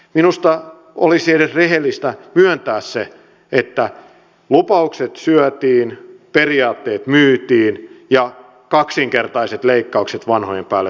minusta olisi edes rehellistä myöntää että lupaukset syötiin periaatteet myytiin ja kaksinkertaiset leikkaukset vanhojen päälle vielä tehtiin